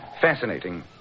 Fascinating